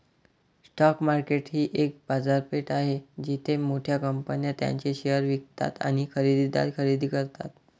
stock market ही एक बाजारपेठ आहे जिथे मोठ्या कंपन्या त्यांचे शेअर्स विकतात आणि खरेदीदार खरेदी करतात